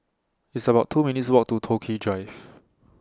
It's about two minutes' Walk to Toh Ki Drive